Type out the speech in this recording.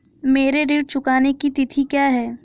मेरे ऋण चुकाने की तिथि क्या है?